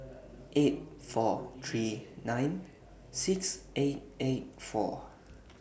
eight four three nine six eight eight four